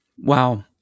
Wow